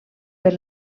per